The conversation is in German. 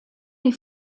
die